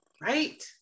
Right